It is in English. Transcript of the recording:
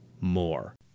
more